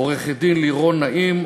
עורכת-דין לירון נעים,